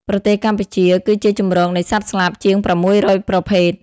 ប្រទេសកម្ពុជាគឺជាជម្រកនៃសត្វស្លាបជាង ៦០០ ប្រភេទ។